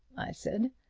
i said.